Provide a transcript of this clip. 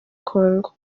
congo